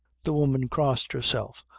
the woman crossed herself,